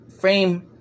frame